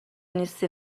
نیستی